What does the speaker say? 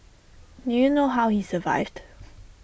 do you know how he survived